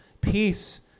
peace